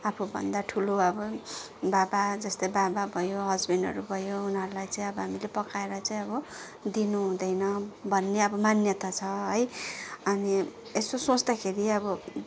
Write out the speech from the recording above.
आफूभन्दा ठुलो अब बाबा जस्तै बाबा भयो हस्बेन्डहरू भयो उनीहरूलाई चाहिँ अब हामीले पकाएर चाहिँ अब दिनुहुँदैन भन्ने अब मान्यता छ है अनि यसो सोच्दाखेरि अब